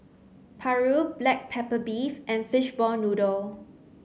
paru black pepper beef and fishball noodle